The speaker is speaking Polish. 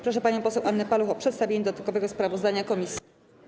Proszę panią poseł Annę Paluch o przedstawienie dodatkowego sprawozdania komisji.